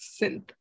synth